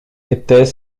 était